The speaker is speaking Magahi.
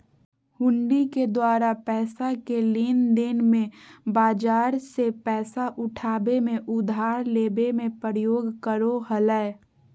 हुंडी के द्वारा पैसा के लेनदेन मे, बाजार से पैसा उठाबे मे, उधार लेबे मे प्रयोग करो हलय